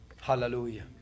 Hallelujah